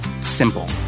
Simple